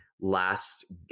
last